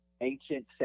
ancient